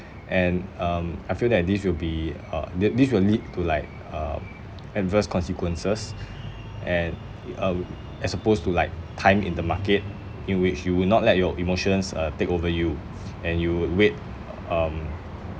and um I feel that this will be uh that this will lead to like um adverse consequences and uh as opposed to like time in the market in which you will not let your emotions uh take over you and you would wait uh um